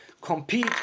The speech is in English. compete